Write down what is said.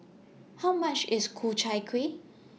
How much IS Ku Chai Kueh